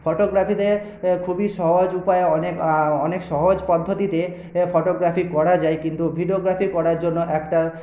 ফটোগ্রাফিতে খুবই সহজ উপায় অনেক অনেক সহজ পদ্ধতিতে ফটোগ্রাফি করা যায় কিন্তু ভিডিওগ্রাফি করার জন্য একটা